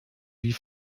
wie